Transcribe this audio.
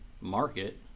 market